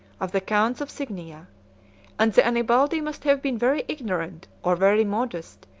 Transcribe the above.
of the counts of signia and the annibaldi must have been very ignorant, or very modest,